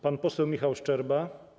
Pan poseł Michał Szczerba.